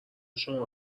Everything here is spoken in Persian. شما